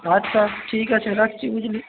আচ্ছা ঠিক আছে রাখছি বুঝলি